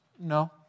no